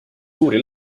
suuri